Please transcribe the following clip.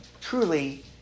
Truly